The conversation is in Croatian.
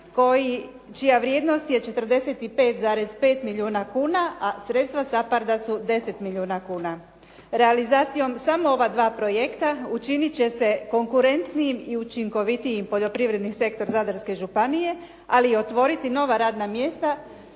čija vrijednost je 45,5 milijuna kuna, a sredstva SAPARDA su 10 milijuna kuna. Realizacijom samo ova dva projekta učinit će se konkurentnim i učinkovitijim poljoprivredni sektor Zadarske županije, ali i otvoriti nova radna mjesta